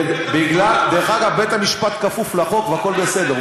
דרך אגב, בית-המשפט כפוף לחוק, והכול בסדר.